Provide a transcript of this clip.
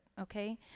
okay